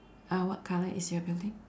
uh what colour is your building